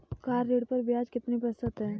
Car ऋण पर ब्याज कितने प्रतिशत है?